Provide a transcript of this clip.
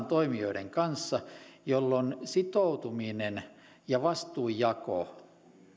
toimijoiden kanssa jolloin sitoutuminen ja vastuunjako